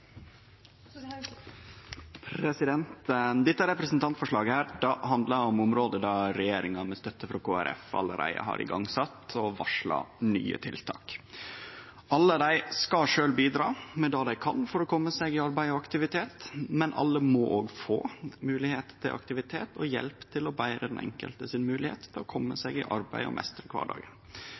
alle. Dette representantforslaget handlar om område der regjeringa, med støtte frå Kristeleg Folkeparti, allereie har sett i gang og varsla nye tiltak. Alle skal sjølve bidra med det dei kan for å kome seg i arbeid og aktivitet, men alle må òg få høve til aktivitet og hjelp til å kome seg i arbeid og meistre kvardagen.